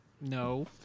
no